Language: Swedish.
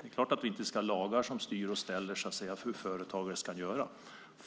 Det är klart att vi inte ska ha lagar som styr och ställer hur företagare ska göra.